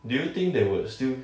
do you think they would still